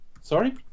Sorry